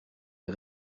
est